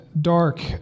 dark